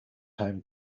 home